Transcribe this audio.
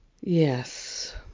Yes